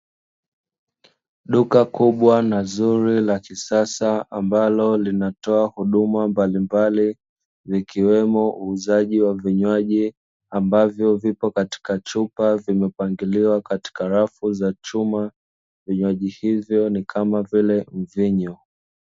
Duka kubwa na zuri la kisasa ambalo linatoa huduma mbalimbali, zikiwemo uuzaji wa vinywaji, ambavyo vipo katika chupa zimepangiliwa katika rafu za chuma vinywaji ni kama vile mvinyo.